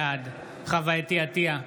בעד חוה אתי עטייה,